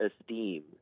esteem